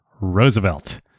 Roosevelt